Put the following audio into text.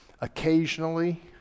occasionally